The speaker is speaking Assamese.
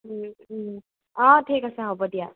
অঁ ঠিক আছে হ'ব দিয়া